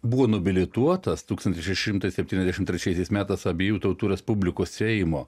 buvo nubilituotas tūkstantis šeši šimtai septyniasdešimt trečiaisiais metais abiejų tautų respublikos seimo